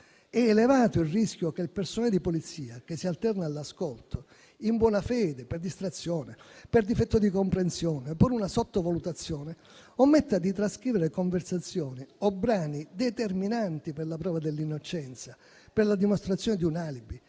È elevato il rischio che il personale di polizia che si alterna all'ascolto, in buona fede, per distrazione, per difetto di comprensione o per una sottovalutazione, ometta di trascrivere conversazioni o brani determinanti per la prova dell'innocenza, per la dimostrazione di un alibi,